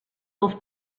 dels